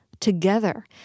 together